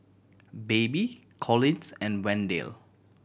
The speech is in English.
Baby Collins and Wendell